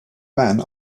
man